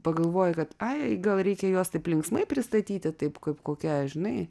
pagalvojai kad ai gal reikia juos taip linksmai pristatyti taip kaip kokią žinai